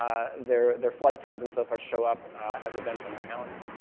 um their their flight times and so forth show up as events on their calendar.